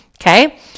Okay